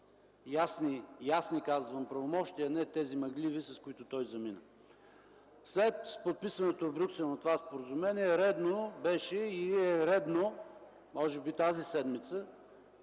ясни правомощия, а не тези мъгливи, с които той замина. След подписването в Брюксел на това споразумение беше редно и е редно, може би тази седмица,